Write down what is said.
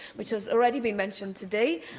which has already been mentioned today.